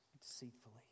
Deceitfully